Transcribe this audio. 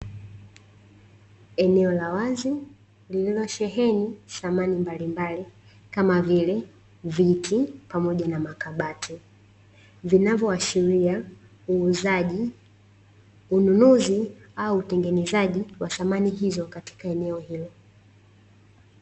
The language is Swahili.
Eneo la wazi lililosheheni samani mbalimbali, kama vile viti, pamoja na makabati, vinavyoashiria uuzaji, ununuzi au utengenezaji wa samani hizo katika eneo hilo.